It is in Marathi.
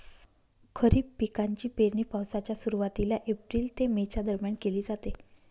खरीप पिकांची पेरणी पावसाच्या सुरुवातीला एप्रिल ते मे च्या दरम्यान केली जाते